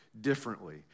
differently